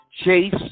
chase